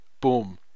Boom